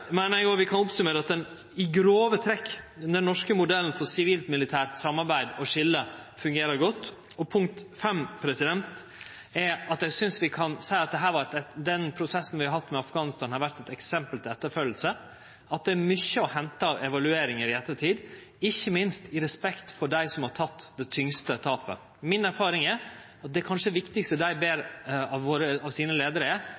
Eg meiner vi kan summere opp at den norske modellen for sivilt-militært samarbeid – og skilje – i grove trekk fungerer godt. Punkt fem er at eg synest vi kan seie at den prosessen vi har hatt med Afghanistan har vore eit eksempel til etterfølging, at det er mykje å hente av evalueringar i ettertid, ikkje minst i respekt for dei som har lidd det tyngte tapet. Mi erfaring er at det kanskje viktigaste dei ber om frå sine leiarar, er